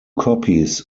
copies